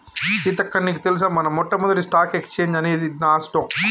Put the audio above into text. సీతక్క నీకు తెలుసా మన మొట్టమొదటి స్టాక్ ఎక్స్చేంజ్ అనేది నాస్ డొక్